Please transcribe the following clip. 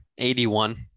81